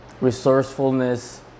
resourcefulness